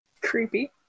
Creepy